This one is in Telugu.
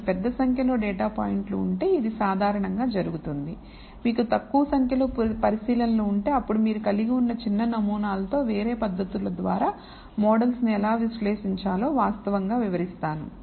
మీకు పెద్ద సంఖ్యలో డేటా పాయింట్లు ఉంటే ఇది సాధారణంగా జరుగుతుంది మీకు తక్కువ సంఖ్యలో పరిశీలనలు ఉంటే అప్పుడు మీరు కలిగి ఉన్న చిన్న నమూనాలతో వేరే పద్ధతులు ద్వారా మోడల్స్ ను ఎలా విశ్లేషించాలో వాస్తవంగా వివరిస్తాను